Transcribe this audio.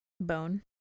bone